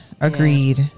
Agreed